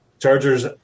Chargers